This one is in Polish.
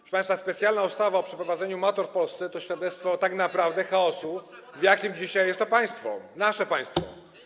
Proszę państwa, specjalna ustawa o przeprowadzeniu matur w Polsce to świadectwo tak naprawdę chaosu, w jakim dzisiaj jest to państwo, nasze państwo.